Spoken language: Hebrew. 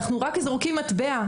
אנחנו רק זורקים מטבע,